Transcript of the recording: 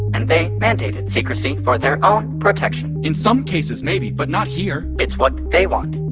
and they mandated secrecy for their own protection in some cases maybe, but not here it's what they want.